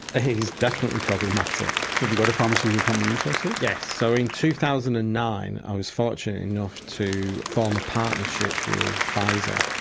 definitely problematic. so have you got a pharmaceutical company interested? yes. so in two thousand and nine i was fortunate enough to form a partnership with pfizer,